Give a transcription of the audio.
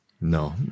no